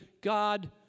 God